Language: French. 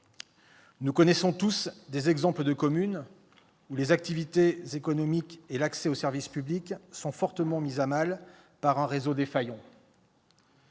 Nous connaissons tous des exemples de communes où les activités économiques et l'accès aux services publics sont fortement mis à mal par un réseau défaillant.